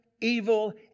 evil